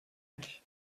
nicht